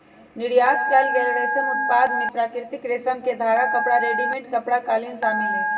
निर्यात कएल गेल रेशम उत्पाद में प्राकृतिक रेशम के धागा, कपड़ा, रेडीमेड कपड़ा, कालीन शामिल हई